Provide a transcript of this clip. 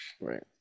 Right